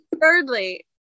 thirdly